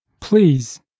Please